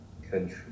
country